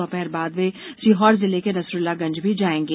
दोपहर बाद वे सीहोर जिले के नसरूल्लागंज भी जायेंगे